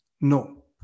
No